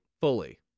Fully